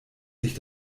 sich